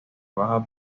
bajo